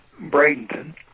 Bradenton